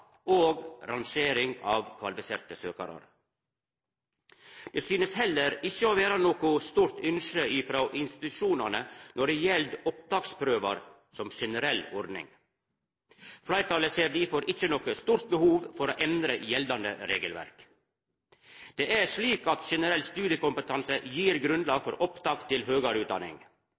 og rangering av kvalifiserte søkarar. Det synest heller ikkje å vera noko stort ynske frå institusjonane når det gjeld opptaksprøvar som generell ordning. Fleirtalet ser difor ikkje noko stort behov for å endra gjeldande regelverk. Det er slik at generell studiekompetanse gir grunnlag for opptak til høgare utdanning.